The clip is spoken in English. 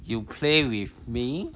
you play with me